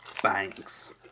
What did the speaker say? Thanks